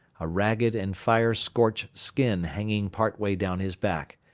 a ragged and fire-scorched skin hanging part way down his back,